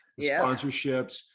sponsorships